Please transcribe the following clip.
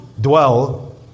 dwell